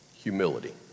Humility